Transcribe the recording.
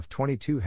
F22